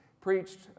preached